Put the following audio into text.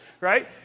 Right